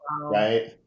Right